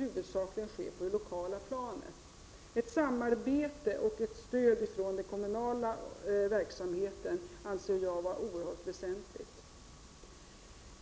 huvudsakligen måste komma från det lokala planet. Ett samarbete och ett stöd ifrån den kommunala verksamheten anser jag vara oerhört väsentligt.